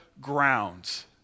grounds